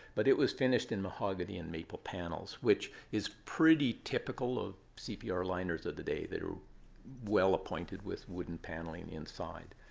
but it was finished in mahogany and maple panels, which is pretty typical of cpr liners of the day. they were well appointed with wooden paneling inside.